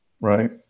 right